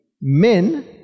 men